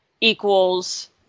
equals